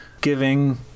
giving